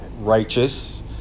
righteous